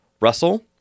Russell